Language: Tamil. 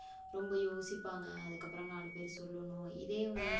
ரொம்ப யோசிப்பாங்கள் அதுக்கப்புறம் நாலு பேர் சொல்லணும் இதே வந்து